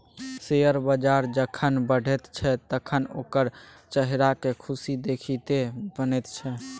share बजार जखन बढ़ैत छै तखन ओकर चेहराक खुशी देखिते बनैत छै